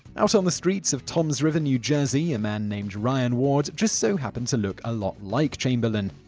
out on the streets of toms river, new jersey a man named ryan ward just so happened to look a lot like chamberlain.